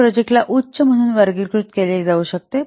तर प्रोजेक्टला उच्च म्हणून वर्गीकृत केले जाऊ शकते